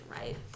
right